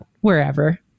wherever